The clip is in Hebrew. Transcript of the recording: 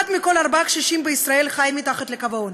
אחד מכל ארבעה קשישים בישראל חי מתחת לקו העוני.